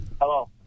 Hello